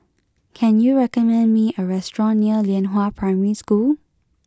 can you recommend me a restaurant near Lianhua Primary School